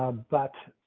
ah but